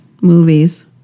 movies